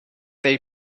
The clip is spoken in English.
they